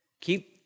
Keep